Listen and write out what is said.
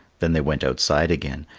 then they went outside again.